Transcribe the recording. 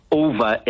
over